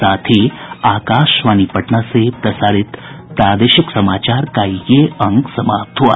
इसके साथ ही आकाशवाणी पटना से प्रसारित प्रादेशिक समाचार का ये अंक समाप्त हुआ